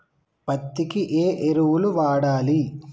పత్తి కి ఏ ఎరువులు వాడాలి?